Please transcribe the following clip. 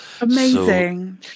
Amazing